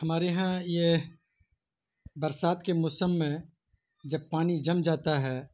ہمارے یہاں یہ برسات کے موسم میں جب پانی جم جاتا ہے